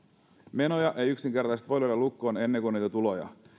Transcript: menoja ei yksinkertaisesti voi lyödä lukkoon ennen kuin on niitä tuloja